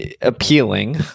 appealing